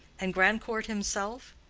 and grandcourt himself?